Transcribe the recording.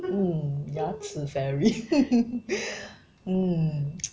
mm 牙齿 fairy mm